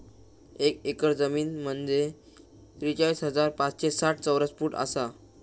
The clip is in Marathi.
एक एकर जमीन म्हंजे त्रेचाळीस हजार पाचशे साठ चौरस फूट आसा